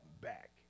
back